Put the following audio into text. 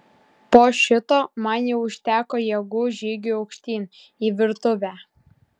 po šito man jau užteko jėgų žygiui aukštyn į virtuvę